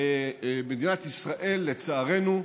במדינת ישראל, לצערנו,